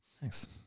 Thanks